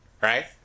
Right